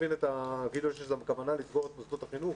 לא הכוונה לסגור את מוסדות החינוך